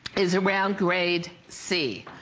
is around grade c.